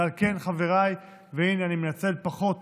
ועל כן, חבריי, והינה אני מנצל פחות